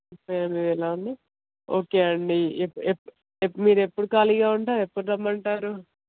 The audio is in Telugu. ఏడు వేలా అండి ఓకే అండి మిరెప్పుడు ఖాళీగా ఉంటారు ఎప్పుడు రమ్మంటారు